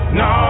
no